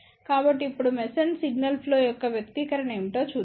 కాబట్టి ఇప్పుడు Mason signal flow యొక్క వ్యక్తీకరణ ఏమిటో చూద్దాం